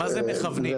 מה זה מכוונים?